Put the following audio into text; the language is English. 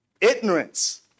Ignorance